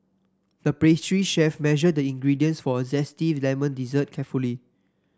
the pastry chef measured the ingredients for a zesty lemon dessert carefully